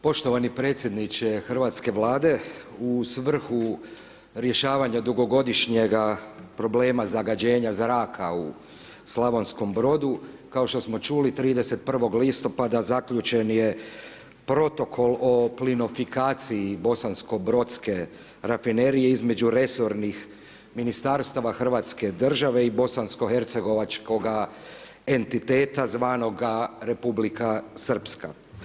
Poštovani predsjedniče hrvatske Vlade u svrhu rješavanja dugogodišnjega problema zagađenja zraka u Slavonskom Brodu kao što smo čuli 31. listopada zaključen je Protokol o plinifikaciji bosansko-brodske rafinerije između resornih ministarstava Hrvatske države i bosansko hercegovačkoga entiteta zvanoga Republika Srpska.